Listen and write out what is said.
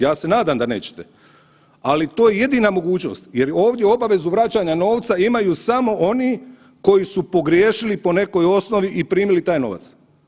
Ja se nadam da nećete, ali to je jedina mogućnost jer ovdje obavezu vraćanja novca imaju samo oni koji su pogriješili po nekoj osnovi i primili taj novac.